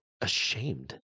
ashamed